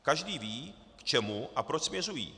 Každý ví, k čemu a proč směřují.